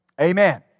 Amen